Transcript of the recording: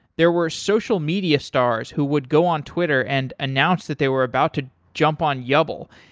there were social media stars who would go on twitter and announce that they were about to jump on yubl,